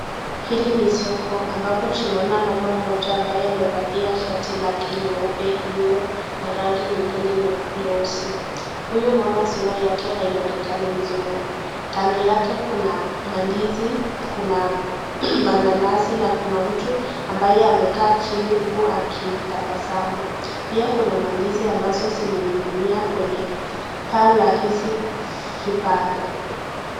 Hili ni soko ambapo tunaona mama mmoja ambaye amevalia shati lake jeupe iliyo na rangi nyingine nyeusi. Huyu mama sura yake haionekani vizuri. Kando yake kuna ndizi, kuna mananasi na kuna mtu ambaye amekaa chini huku akitabasamu. Pia kuna ndizi ambazo zimeninginia kwenye paa la hizi vibanda.